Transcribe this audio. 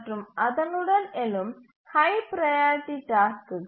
மற்றும் அதனுடன் எழும் ஹய் ப்ரையாரிட்டி டாஸ்க்குகள்